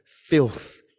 filth